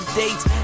dates